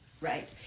Right